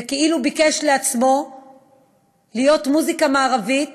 וכאילו ביקש לעצמו להיות מוזיקה מערבית,